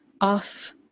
off